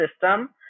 system